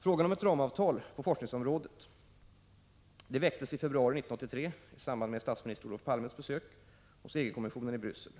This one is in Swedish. Frågan om ett ramavtal på forskningsområdet väcktes i februari 1983 i samband med statsminister Olof Palmes besök hos EG-kommissionen i Bryssel.